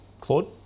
claude